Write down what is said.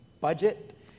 budget